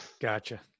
Gotcha